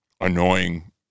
annoying